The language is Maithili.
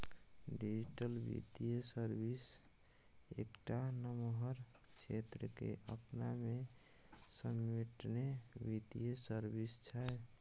डिजीटल बित्तीय सर्विस एकटा नमहर क्षेत्र केँ अपना मे समेटने बित्तीय सर्विस छै